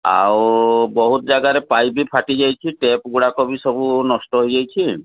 ଆଉ ବହୁତ ଜାଗାରେ ପାଇପ ଫାଟିଯାଇଛି ଟେପଗୁଡ଼ାକ ବି ସବୁ ନଷ୍ଟ ହେଇଯାଇଛି